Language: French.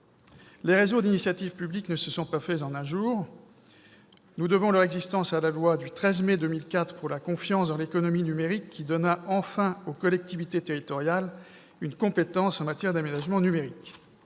Les réseaux d'initiative publique ne se sont pas faits en un jour. Nous devons leur existence à la loi du 21 mai 2004 pour la confiance dans l'économie numérique, qui donna enfin aux collectivités territoriales une compétence en matière d'aménagement numérique.